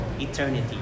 eternity